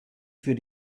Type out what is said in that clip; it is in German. für